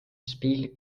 spiel